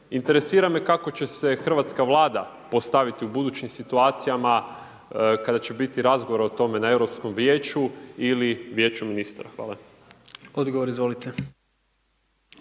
Interesira me kako će se hrvatska Vlada postaviti u budućim situacijama kada će biti razgovor o tome na Europskom vijeću ili Vijeću ministara? Hvala. **Jandroković,